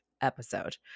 episode